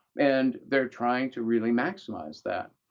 and they're trying to really maximize that,